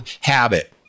habit